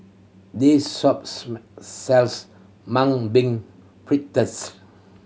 this shop sells Mung Bean Fritters